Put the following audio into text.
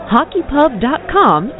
HockeyPub.com